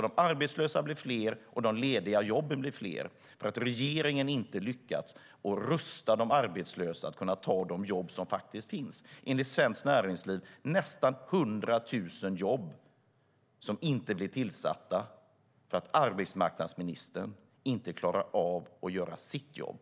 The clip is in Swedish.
De arbetslösa blir fler och de lediga jobben blir fler för att regeringen inte har lyckats rusta de arbetslösa att ta de jobb som faktiskt finns. Enligt Svenskt Näringsliv är det nästan 100 000 jobb som inte blir tillsatta för att arbetsmarknadsministern inte klarar av att göra sitt jobb.